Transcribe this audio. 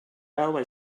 railway